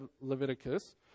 Leviticus